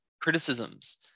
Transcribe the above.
criticisms